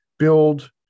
build